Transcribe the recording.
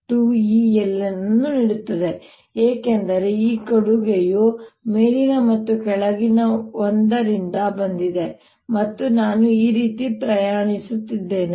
l ಅನ್ನು ನೀಡುತ್ತದೆ ಏಕೆಂದರೆ ಈ ಕೊಡುಗೆಯು ಮೇಲಿನ ಮತ್ತು ಕೆಳಗಿನ ಒಂದರಿಂದ ಬಂದಿದೆ ಮತ್ತು ನಾನು ಈ ರೀತಿ ಪ್ರಯಾಣಿಸುತ್ತಿದ್ದೇನೆ